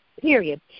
Period